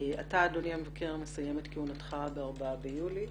אתה, אדוני המבקר, מסיים את כהונתך ב-4 ביולי.